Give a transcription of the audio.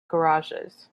garages